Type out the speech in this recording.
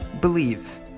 Believe